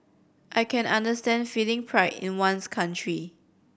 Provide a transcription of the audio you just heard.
I can understand feeling pride in one's country